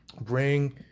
bring